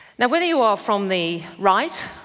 no whether you are from the right,